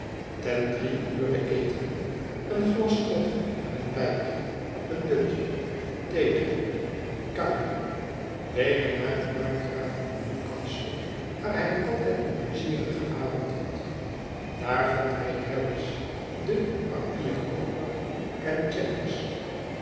ten drie ure eten een glas grog en een pijpje een dutje theedrinken kuieren weder naar de markgraaf van newcastle waar hij altijd een pleizierigen avond had daar vond hij harris den papierkooper en